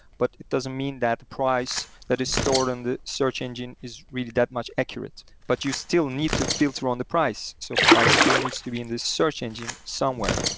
but it doesn't mean that price that is stored on the search engine is really that much accurate, but you still need to filter on the price. so price still needs to be in this search engine somewhere,